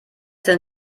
sind